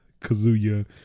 Kazuya